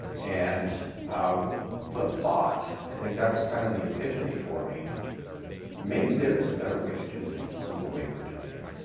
and um the thought i think that was kind of the epiphany for me maybe there is a better way to do things than the way we're doing it.